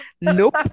nope